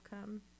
come